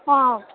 ஆ